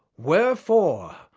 wherefore,